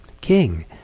King